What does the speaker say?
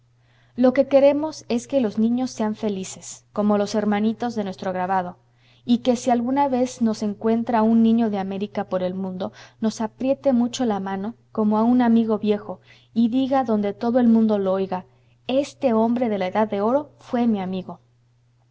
lo que queremos es que los niños sean felices como los hermanitos de nuestro grabado y que si alguna vez nos encuentra un niño de américa por el mundo nos apriete mucho la mano como a un amigo viejo y diga donde todo el mundo lo oiga este hombre de la edad de oro fue mi amigo